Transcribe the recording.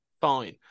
fine